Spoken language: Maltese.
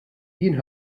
jien